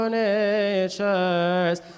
natures